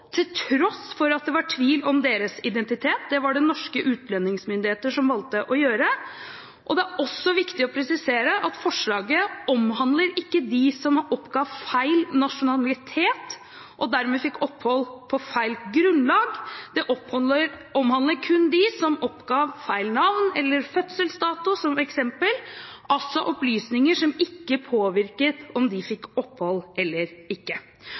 til tross for at det var tvil om deres identitet. Det var norske utlendingsmyndigheter som valgte å gjøre det. Det er også viktig å presisere at forslaget ikke omhandler dem som oppga feil nasjonalitet og dermed fikk opphold på feil grunnlag. Det omhandler kun dem som oppga feil navn eller fødselsdato, som eksempel, altså opplysninger som ikke påvirket om de fikk opphold eller ikke.